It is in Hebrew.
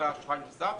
ללא אשראי נוסף